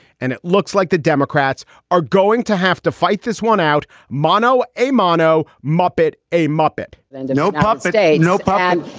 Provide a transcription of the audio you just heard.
and it looks like the democrats are going to have to fight this one out mano a mano. muppet, a muppet and no pops day no. nope. um